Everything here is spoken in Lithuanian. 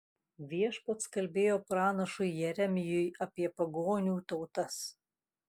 viešpats kalbėjo pranašui jeremijui apie pagonių tautas